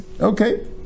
Okay